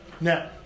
now